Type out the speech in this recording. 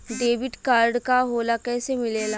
Debit card का होला कैसे मिलेला?